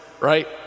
right